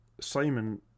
Simon